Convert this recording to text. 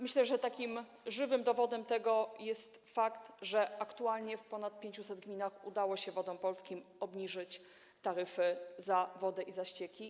Myślę, że takim żywym dowodem jest fakt, że aktualnie w ponad 500 gminach udało się Wodom Polskim obniżyć taryfy za wodę i ścieki.